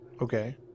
okay